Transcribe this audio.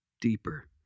deeper